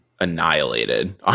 annihilated